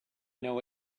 know